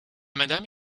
madame